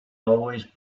always